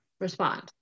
respond